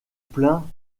plein